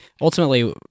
ultimately